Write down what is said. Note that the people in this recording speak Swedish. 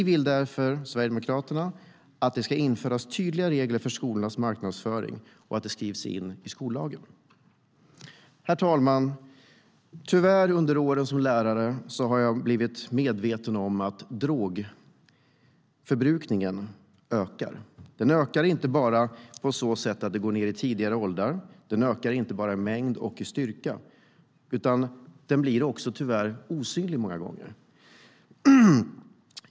Sverigedemokraterna vill därför att det ska införas tydliga regler för skolornas marknadsföring och att dessa skrivs in i skollagen. Tyvärr är drogbruket många gånger osynligt.